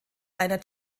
einer